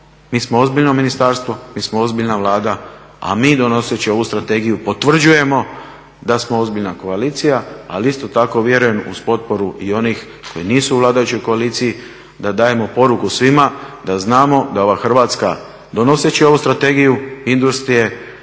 mi smo ozbiljno ministarstvo, mi smo ozbiljna Vlada, a mi donoseći ovu strategiju potvrđujemo da smo ozbiljna koalicija. Ali isto tako vjerujem uz potporu i onih koji nisu u vladajućoj koaliciji da dajemo poruku svima, da znamo da ova Hrvatska donoseći ovu Strategiju industrije